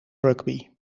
rugby